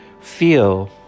feel